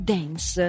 Dance